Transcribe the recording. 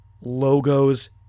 Logos